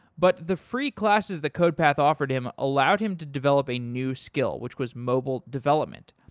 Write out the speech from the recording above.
but the free classes that codepath offered him allowed him to develop a new skill which was mobile development.